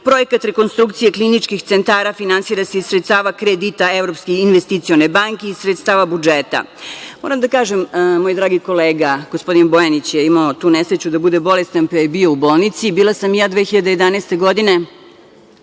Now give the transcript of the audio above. Projekat rekonstrukcije kliničkih centara finansira se iz sredstava kredita Evropske investicione banke i iz sredstava budžeta. Moram da kažem, moj dragi kolega, gospodin Bojanić, je imao tu nesreću da bude bolestan, pa je bio u bolnici. Bila sam i ja 2011. godine,